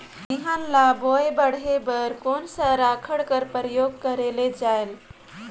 बिहान ल बोये बाढे बर कोन सा राखड कर प्रयोग करले जायेल?